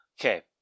okay